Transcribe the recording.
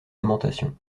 lamentation